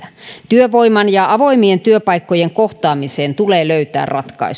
työvoiman ja avoimien työpaikkojen kohtaamiseen tulee löytää ratkaisuja